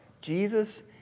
Jesus